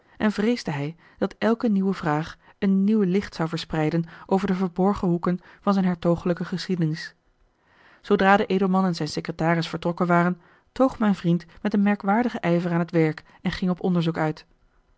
en vreesde hij dat elke nieuwe vraag een nieuw licht zou verspreiden over de verborgen hoeken van zijn hertogelijke geschiedenis zoodra de edelman en zijn secretaris vertrokken waren toog mijn vriend met een merkwaardigen ijver aan het werk en ging op onderzoek uit